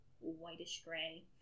whitish-gray